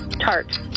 Tart